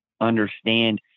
understand